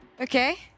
Okay